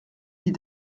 dit